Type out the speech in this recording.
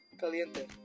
Caliente